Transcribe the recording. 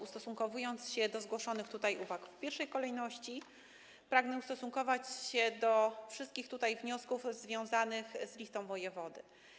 Ustosunkowując się do zgłoszonych tutaj uwag, w pierwszej kolejności pragnę odnieść się do wszystkich wniosków związanych z listą wojewody.